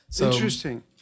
interesting